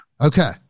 Okay